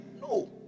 No